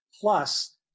Plus